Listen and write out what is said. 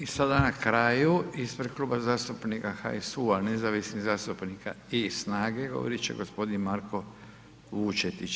I sada na kraju ispred Kluba zastupnika HSU-a, nezavisnih zastupnika i SNAGE govorit će gospodin Marko Vučetić.